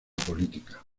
política